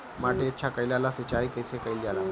माटी अच्छा कइला ला सिंचाई कइसे कइल जाला?